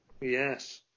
Yes